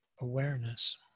awareness